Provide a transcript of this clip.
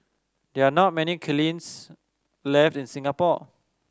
there are not many kilns left in Singapore